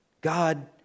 God